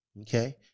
okay